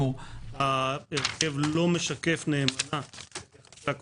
ההרכב לא משקף נאמנה את החוק